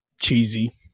cheesy